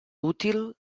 útil